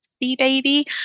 baby